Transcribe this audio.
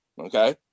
okay